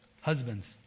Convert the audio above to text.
husbands